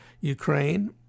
Ukraine